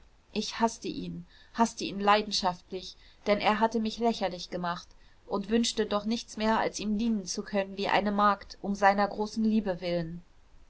ich haßte ihn haßte ihn leidenschaftlich denn er hatte mich lächerlich gemacht und wünschte doch nichts mehr als ihm dienen zu können wie eine magd um seiner großen liebe willen